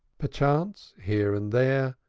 perchance, here and there,